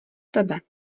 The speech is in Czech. tebe